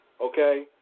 Okay